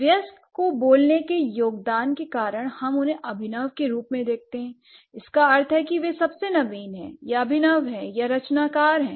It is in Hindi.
वयस्क को बोलने के योगदान के कारण हम उन्हें अभिनव के रूप में देखते हैं l इस का अर्थ है कि वे सबसे नवीन हैं या अभिनव और रचनाकार हैं